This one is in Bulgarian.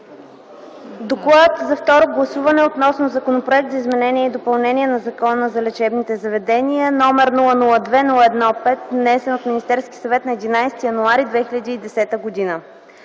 ДОКЛАД за второ гласуване относно Законопроект за изменение и допълнение на Закона за лечебните заведения, № 002-01-5, внесен от Министерски съвет на 11 януари 2010 г.